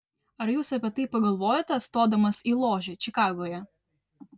ar jūs apie tai pagalvojote stodamas į ložę čikagoje